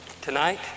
Tonight